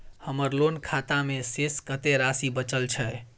हमर लोन खाता मे शेस कत्ते राशि बचल छै?